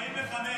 בחצי שנה.